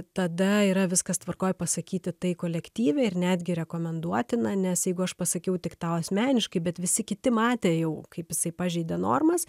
tada yra viskas tvarkoj pasakyti tai kolektyviai ir netgi rekomenduotina nes jeigu aš pasakiau tik tau asmeniškai bet visi kiti matė jau kaip jisai pažeidė normas